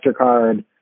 Mastercard